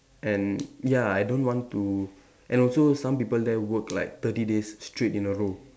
and ya I don't want to and also some people there work like thirty days straight in a row